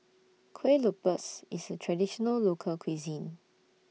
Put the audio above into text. Kueh Lopes IS A Traditional Local Cuisine